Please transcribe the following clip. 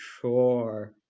sure